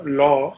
law